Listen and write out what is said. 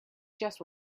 just